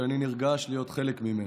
שאני נרגש להיות חלק ממנה.